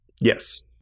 Yes